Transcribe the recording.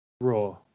Raw